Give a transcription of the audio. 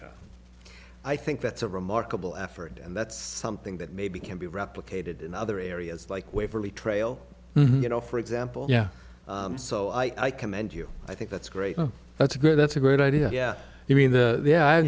i think that's a remarkable effort and that's something that maybe can be replicated in other areas like waverley trail you know for example yeah so i commend you i think that's great that's great that's a great idea yeah i mean the yeah